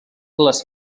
les